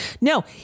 No